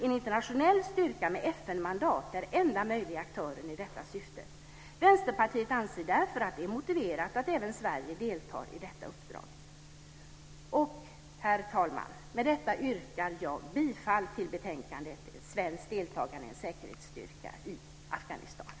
En internationell styrka med FN-mandat är enda möjliga aktören i detta syfte. Vänsterpartiet anser därför att det är motiverat att även Sverige deltar i detta uppdrag. Herr talman! Med detta yrkar jag bifall till utskottets förslag i betänkandet Svenskt deltagande i en säkerhetsstyrka i Afghanistan.